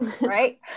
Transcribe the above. right